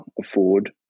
afford